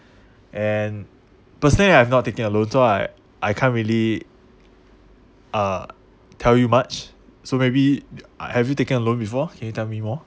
and personally I have not taking a loan so I I can't really uh tell you much so maybe uh have you taken a loan before can you tell me more